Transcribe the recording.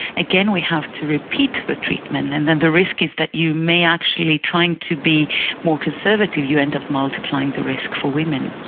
again, we have to repeat the treatment, and the risk is that you may actually, trying to be more conservative, you end up multiplying the risk for women.